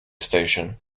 station